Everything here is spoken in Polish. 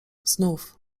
znów